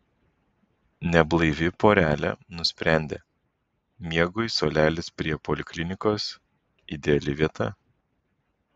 neblaivi porelė nusprendė miegui suolelis prie poliklinikos ideali vieta